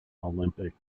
olympic